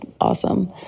awesome